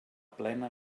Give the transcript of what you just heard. plena